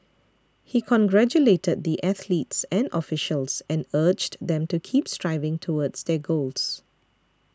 he congratulated the athletes and officials and urged them to keep striving towards their goals